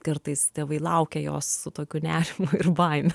kartais tėvai laukia jos su tokiu nerimu ir baime